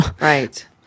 Right